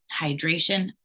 hydration